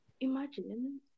imagine